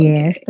Yes